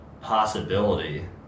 possibility